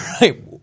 right